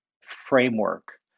framework